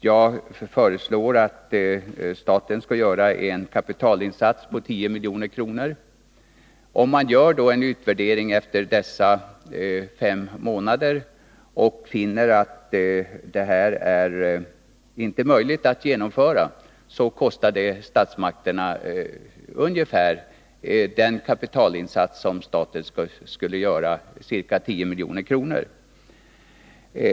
Jag föreslår att staten skall göra en kapitalinsats på 10 milj.kr. Om man efter fem månader gör en utvärdering och då finner att det inte är möjligt att genomföra Hörneforsgruppens förslag, kostar detta statsmakterna ungefär den kapitalinsats som staten gör, ca 10 milj.kr.